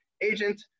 agent